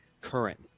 current